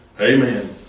Amen